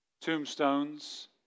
tombstones